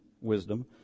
wisdom